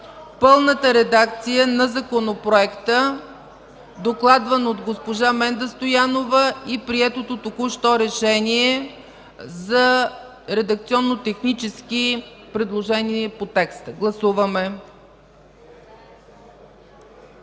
пълната редакция на законопроекта, докладван от госпожа Менда Стоянова, и приетото току-що решение за редакционно-технически предложения по текста. Гласували